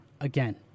again